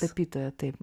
tapytoja taip